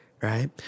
right